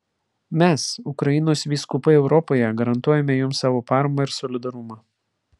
mes ukrainos vyskupai europoje garantuojame jums savo paramą ir solidarumą